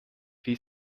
wie